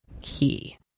key